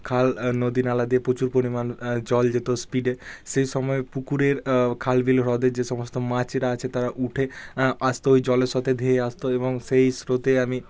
খাল নদী নালা দিয়ে পোচুর পরিমাণ জল যেত স্পিডে সেই সময় পুকুরের খাল বিল হ্রদের যে সমস্ত মাছরা আছে তারা উঠে আসত ঐ জলের সাথে ধেয়ে আসত এবং সেই স্রোতে আমি